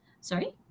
Sorry